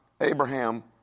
Abraham